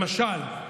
למשל: